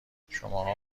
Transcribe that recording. شماها